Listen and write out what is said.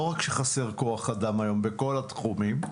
לא רק שחסר כוח אדם היום בכל התחומים,